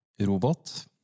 robot